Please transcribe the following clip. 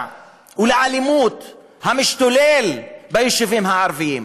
ובאלימות המשתוללת ביישובים הערביים?